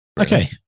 Okay